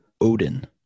Odin